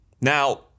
Now